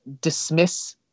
dismiss